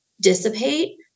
dissipate